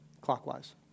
clockwise